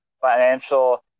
financial